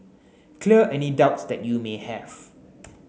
clear any doubts that you may have